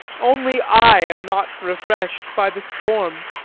only i am not refreshed by the storm.